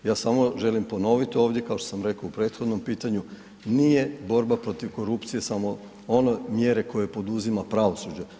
Ja samo želim ponoviti ovdje, kao što sam rekao i u prethodnom pitanju, nije borba protiv korupcije samo one mjere koje poduzima pravosuđe.